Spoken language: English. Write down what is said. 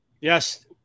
Yes